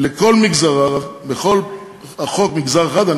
על כל מגזריו, פחות מגזר אחד.